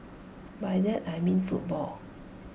by that I mean football